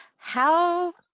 how